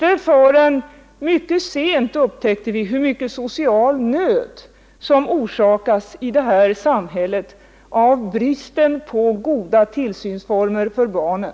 Inte förrän mycket sent upptäckte vi hur mycket social nöd i samhället som orsakas av bristen på goda tillsynsformer för barnen.